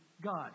God